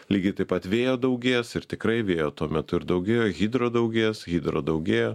lygiai taip pat vėjo daugės ir tikrai vėjo tuo metu ir daugėjo hidro daugės hidro daugėjo